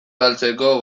galtzeko